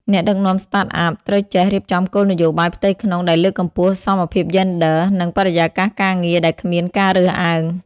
អ្នកដឹកនាំ Startup ត្រូវចេះរៀបចំគោលនយោបាយផ្ទៃក្នុងដែលលើកកម្ពស់សមភាពយេនឌ័រ និងបរិយាកាសការងារដែលគ្មានការរើសអើង។